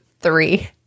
three